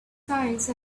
science